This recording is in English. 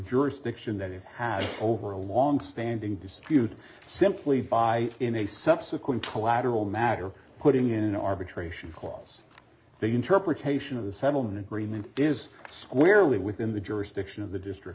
jurisdiction that you have over a longstanding dispute simply by in a subsequent collateral matter putting in an arbitration clause the interpretation of the settlement agreement is squarely within the jurisdiction of the district